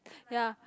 ya